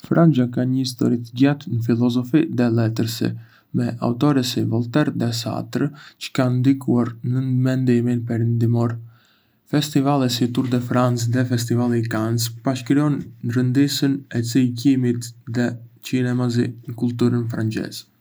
Franca ka një histori të gjatë në filozofi dhe letërsi, me autorë si Voltaire dhe Sartre çë kanë ndikuar në mendimin perëndimor. Festivale si Tour de France dhe Festivali i Cannes pasqyrojnë rëndësinë e çiklizmit dhe kinemasë në kulturën franceze.